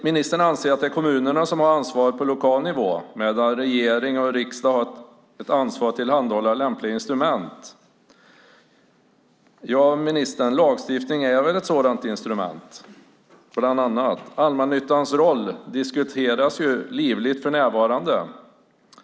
Ministern anser att det är kommunerna som har ansvaret på lokal nivå medan regering och riksdag har ansvar för att tillhandahålla lämpliga instrument. Ja, ministern, lagstiftning är väl ett sådant instrument? Allmännyttans roll diskuteras livligt för närvarande.